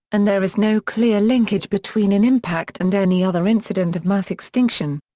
and there is no clear linkage between an impact and any other incident of mass extinction.